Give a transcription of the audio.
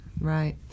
Right